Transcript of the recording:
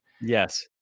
Yes